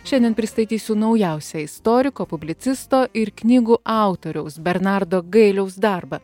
šiandien pristatysiu naujausią istoriko publicisto ir knygų autoriaus bernardo gailiaus darbą